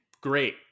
great